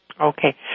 Okay